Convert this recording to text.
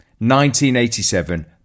1987